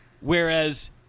Whereas